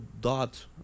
dot